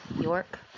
York